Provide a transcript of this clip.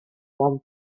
one